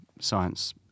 science